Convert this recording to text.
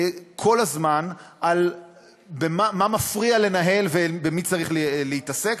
כל הזמן, על מה מפריע לנהל ובמי צריך להתעסק.